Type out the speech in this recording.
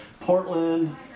Portland